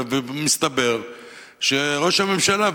ומסתבר שראש הממשלה,